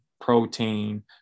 protein